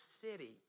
city